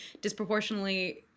disproportionately